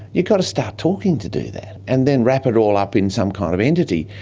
you've got to start talking to do that, and then wrap it all up in some kind of entity.